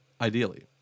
ideally